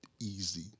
easy